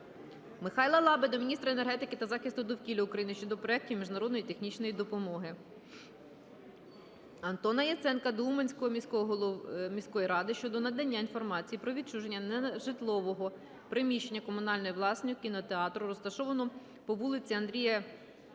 Михайла Лаби до міністра енергетики та захисту довкілля України щодо проектів міжнародної технічної допомоги. Антона Яценка до Уманської міської ради щодо надання інформації про відчуження нежитлового приміщення комунальної власності (кінотеатру) розташованого по вулиці Андрія Кизила,